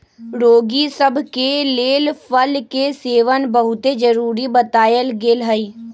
रोगि सभ के लेल फल के सेवन बहुते जरुरी बतायल गेल हइ